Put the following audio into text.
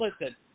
Listen